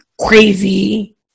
crazy